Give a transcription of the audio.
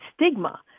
stigma